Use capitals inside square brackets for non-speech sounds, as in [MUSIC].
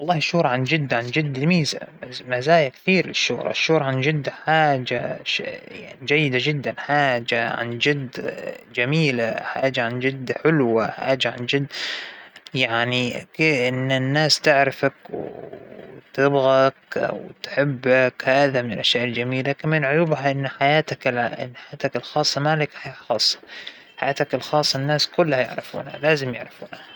أفضل الجلوس بالبيت، بشغلى شى فيلم، أو بقرالى شى كتاب، بقضى اليوم مع أولادى نسولف، ممكن أخرج مع أصدقائي، مأبى شى بعينه يعنى بساويه، لكن أهم شى إنه نهاية الإسبوع تكون نهاية هادئة، و [HESITATION] وخالية من التوتر هذا أهم شى عندى.